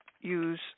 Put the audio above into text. use